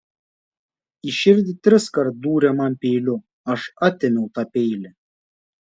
į širdį triskart dūrė man peiliu aš atėmiau tą peilį